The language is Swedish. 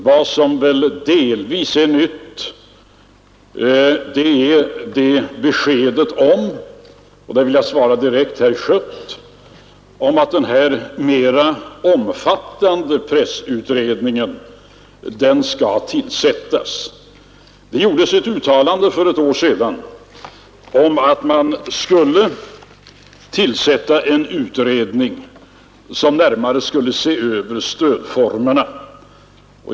Vad som delvis är nytt är beskedet om — och där vill jag svara herr Schött direkt — att den mer omfattande pressutredningen skall tillsättas. Det gjordes ett uttalande för ett år sedan om att man skulle tillsätta en utredning, som närmare skulle se över stödformerna.